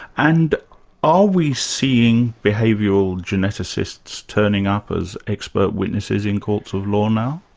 and are we seeing behavioural geneticists turning up as expert witnesses in courts of law now?